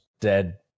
dead